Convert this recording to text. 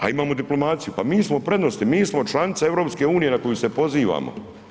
A imamo diplomaciju, pa mi smo u prednosti, mi smo članica EU na koju se pozivamo.